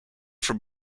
from